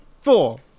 Four